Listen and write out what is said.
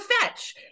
fetch